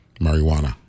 marijuana